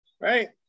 right